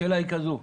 השאלה היא זו: